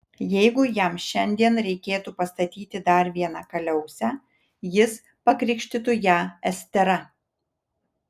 jeigu jam šiandien reikėtų pastatyti dar vieną kaliausę jis pakrikštytų ją estera